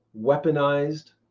weaponized